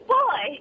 boy